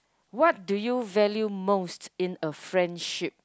what do you value most in a friendship